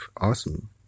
awesome